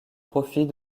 profit